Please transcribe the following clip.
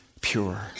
pure